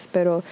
Pero